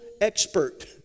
expert